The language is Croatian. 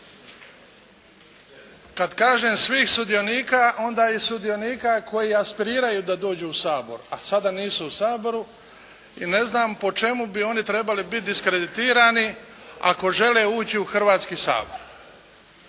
Kad kažem svih sudionika onda i sudionika koji aspiriraju da dođu u Sabor, a sada nisu u Saboru i ne znam po čemu bi oni trebali biti diskreditirani ako žele ući u Hrvatski sabor,